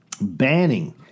banning